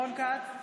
רון כץ,